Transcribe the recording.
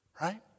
Right